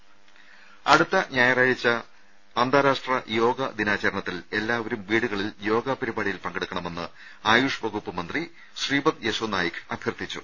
രുമ അടുത്ത ഞായറാഴ്ച അന്താരാഷ്ട്ര യോഗ ദിനാചരണത്തിൽ എല്ലാവരും വീടുകളിൽ യോഗ പരിപാടിയിൽ പങ്കെടുക്കണമെന്ന് ആയുഷ് വകുപ്പ് മന്ത്രി ശ്രീപദ് യെശോ നായിക് അഭ്യർത്ഥിച്ചു